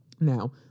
Now